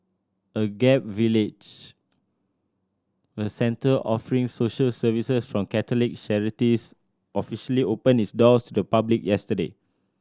Agape Village a centre offering social services from Catholic charities officially opened its doors to the public yesterday